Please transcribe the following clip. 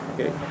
Okay